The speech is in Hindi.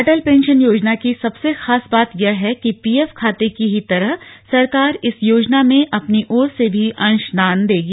अटल पेंशन योजना की सबसे खास बात यह है कि पीएफ खाते की ही तरह सरकार इस योजना में अपनी ओर से भी अंशदान देगी